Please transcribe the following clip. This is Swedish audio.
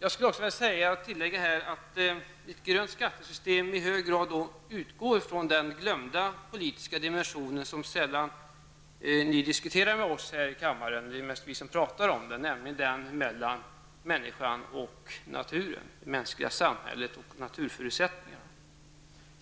Jag skulle vilja tillägga att ett grönt skattesystem i hög grad utgår från den glömda politiska dimension som sällan diskuteras här i kammaren -- det är mest vi som pratar om den -- nämligen den mellan människan och naturen, det mänskliga samhället och naturförutsättningarna.